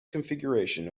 configuration